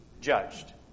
judged